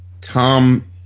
Tom